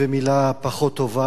ומלה פחות טובה.